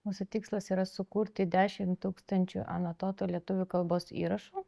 mūsų tikslas yra sukurti dešim tūkstančių anatuotų lietuvių kalbos įrašų